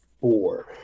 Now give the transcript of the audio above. four